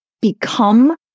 become